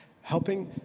Helping